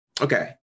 okay